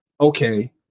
Okay